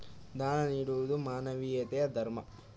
ದಾನ ನೀಡುವುದು ಮಾನವೀಯತೆಯ ಧರ್ಮ